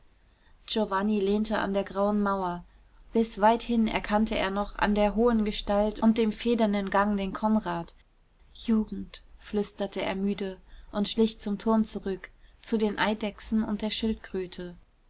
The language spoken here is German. giovanni lehnte an der grauen mauer bis weithin erkannte er noch an der hohen gestalt und dem federnden gang den konrad jugend flüsterte er müde und schlich zum turm zurück zu den eidechsen und der schildkröte